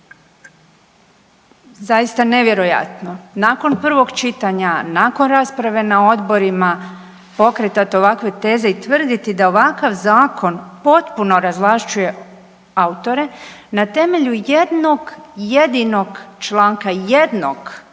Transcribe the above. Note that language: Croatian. je zaista nevjerojatno. Nakon prvog čitanja, nakon rasprave na odborima pokretati ovakve teze i tvrditi da ovakav zakon potpuno razvlašćuje autore na temelju jednog jedinog članka, jednog od